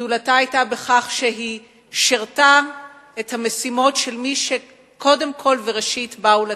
גדולתה היתה בכך שהיא שירתה את המשימות של מי שקודם כול וראשית באו לתת,